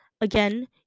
again